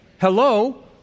Hello